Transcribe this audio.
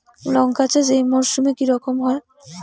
লঙ্কা চাষ এই মরসুমে কি রকম হয়?